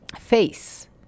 face